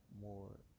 more